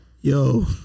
Yo